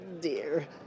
dear